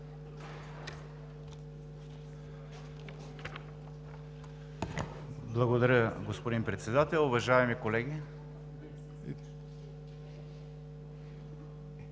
Благодаря, господин Председател. Уважаеми колеги,